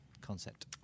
concept